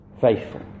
faithful